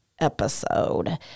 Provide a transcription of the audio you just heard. episode